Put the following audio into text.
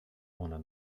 one